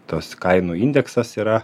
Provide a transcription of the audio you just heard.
tas kainų indeksas yra